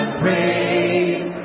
praise